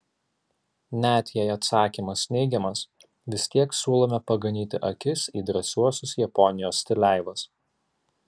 net jei atsakymas neigiamas vis tiek siūlome paganyti akis į drąsiuosius japonijos stileivas